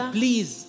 please